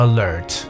Alert